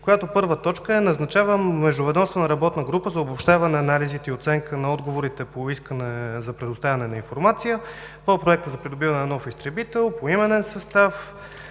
която първа точка е: „Назначавам междуведомствена работна група за обобщаване анализите и оценка на отговорите по искане за предоставяне на информация по проекта за придобиване на нов изтребител, поименен състав,